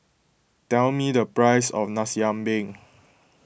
tell me the price of Nasi Ambeng